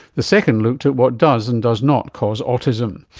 the second looked at what does and does not cause autism.